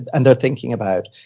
and they're thinking about,